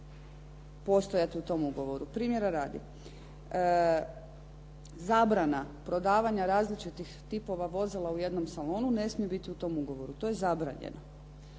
postojati u tom ugovoru. Primjera radi, zabrana prodavanja različitih tipova vozila u jednom salonu ne smije biti u tom ugovoru. To je zabranjeno.